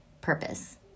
purpose